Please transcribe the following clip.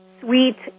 sweet